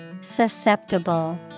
Susceptible